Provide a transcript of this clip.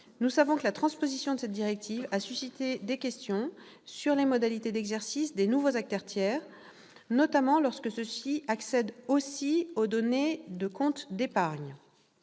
nous savons que la transposition de cette directive a suscité des questions sur les modalités d'exercice des nouveaux acteurs tiers, notamment lorsque ceux-ci accèdent aux données de comptes d'épargne.